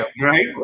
right